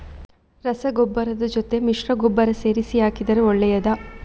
ರಸಗೊಬ್ಬರದ ಜೊತೆ ಮಿಶ್ರ ಗೊಬ್ಬರ ಸೇರಿಸಿ ಹಾಕಿದರೆ ಒಳ್ಳೆಯದಾ?